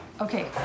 Okay